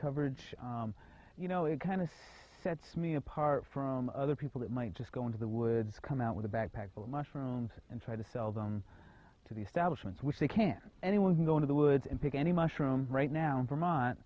coverage you know it kind of sets me apart from other people that might just go into the woods come out with a backpack full of mushrooms and try to sell them to the establishments which they can anyone can go into the woods and pick any mushroom right now in vermont